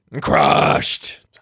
Crushed